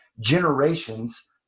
generations